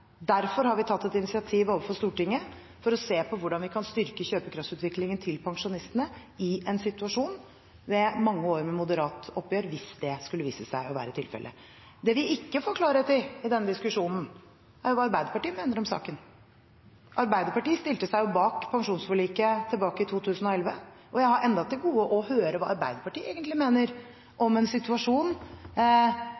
Derfor har vi tatt et initiativ overfor Stortinget for å se på hvordan vi kan styrke kjøpekraftsutviklingen til pensjonistene i en situasjon med mange år med moderat oppgjør, hvis det skulle vise seg å være tilfellet. Det vi ikke får klarhet i i denne diskusjonen, er hva Arbeiderpartiet mener om saken. Arbeiderpartiet stilte seg jo bak pensjonsforliket tilbake i 2011, og jeg har ennå til gode å høre hva Arbeiderpartiet egentlig mener om en situasjon